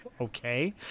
Okay